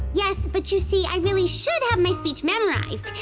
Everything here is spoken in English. yes, but you see, i really should have my speech memorized.